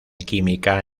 química